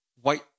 white